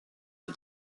est